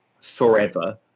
forever